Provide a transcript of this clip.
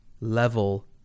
level